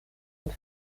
und